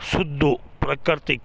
ಶುದ್ಧ ಪ್ರಾಕೃತಿಕ